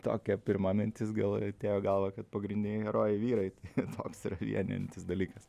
tokia pirma mintis gal atėjo į galvą kad pagrindiniai herojai vyrai i toks yra vienijantis dalykas